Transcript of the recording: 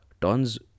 tons